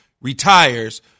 retires